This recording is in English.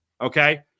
Okay